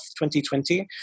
2020